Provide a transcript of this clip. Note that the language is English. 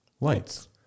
lights